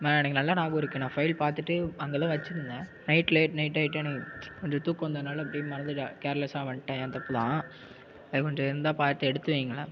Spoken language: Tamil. ஆ எனக்கு நல்லா ஞாபகம் இருக்குது நான் ஃபைல் பார்த்துட்டு அங்கேதான் வைச்சிருந்தேன் நைட் லேட் நைட் ஆயிட்டுதுன்னு கொஞ்சம் தூக்கம் வந்ததினால அப்படியே மறந்துவிட்டேன் கேர்லஸ்ஸாக வந்துட்டேன் என் தப்பு தான் அது கொஞ்சம் இருந்தால் பார்த்து எடுத்து வையுங்களேன்